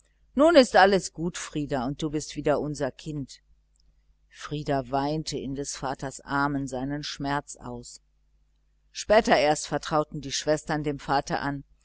nun ist alles gut frieder und du bist wieder unser kind und frieder weinte in des vaters armen seinen schmerz aus später erst vertrauten die schwestern dem vater an